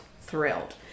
thrilled